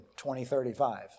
2035